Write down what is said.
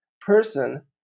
person